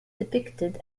depicted